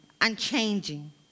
unchanging